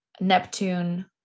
Neptune